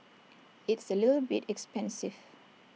it's A little bit expensive